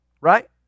Right